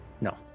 No